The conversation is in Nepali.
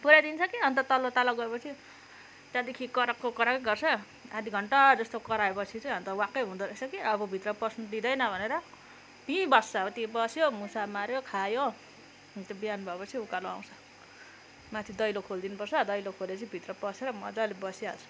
पुऱ्याइदिन्छ कि अन्त तल्लो तला गएपछि त्यहाँदेखि कराएको कराएको गर्छ आधा घन्टा जस्तो कराएपछि चाहिँ अन्त वाक्कै हुँदो रहेछ कि अब भित्र पस्नु दिँदैन भनेर त्यहीँ बस्छ त्यहीँ बस्यो मुसा माऱ्यो खायो अन्त बिहान भएपछि उकालो आउँछ माथि दैलो खोलिदिनु पर्छ दैलो खोलेपछि भित्र पसेर मजाले बसिहाल्छ